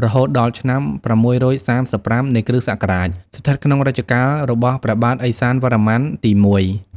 ៦ រហូតដល់ឆ្នាំ ៦៣៥ នៃគ្រិស្តសករាជ ស្ថិតក្នុងរជ្ជកាលរបស់ព្រះបាទឥសានវរ្ម័នទី១។